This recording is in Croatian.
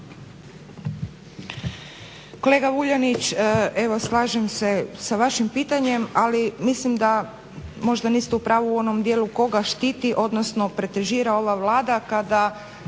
Kolega Vuljanić evo slažem sa vašim pitanjem, ali mislim da možda niste u pravu u onom dijelu koga štiti, odnosno pretežira ova Vlada kada